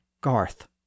Garth